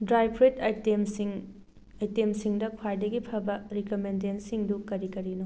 dry fruit ꯑꯥꯏꯇꯦꯝꯁꯤꯡ ꯑꯥꯏꯇꯦꯝꯁꯤꯡꯗ ꯈ꯭ꯋꯥꯏꯗꯒꯤ ꯐꯕ ꯔꯤꯀꯃꯦꯟꯗꯦꯟꯁꯤꯡꯗꯨ ꯀꯔꯤ ꯀꯔꯤꯅꯣ